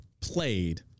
played